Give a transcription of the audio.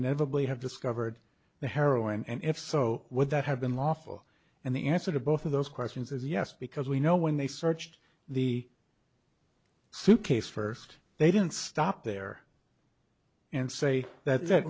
inevitably have discovered the heroin and if so would that have been lawful and the answer to both of those questions is yes because we know when they searched the suitcase first they didn't stop there and say that